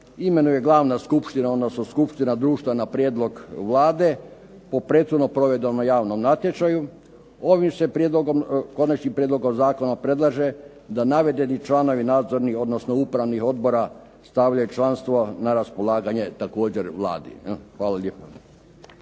imenuje glavna skupština odnosno skupština društva na prijedlog Vlade po prethodno provedenom javnom natječaju, ovim se Prijedlogom zakona predlaže da navedeni članovi nadzornih odnosno upravnih odbora stavljaju članstvo na raspolaganje također Vladi. Hvala lijepa.